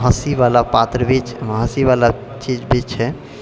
हँसीबाला पात्र भी हँसीबाला चीज भी छै